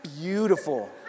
beautiful